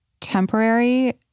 temporary